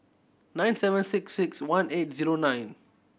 nine seven six six one eight zero nine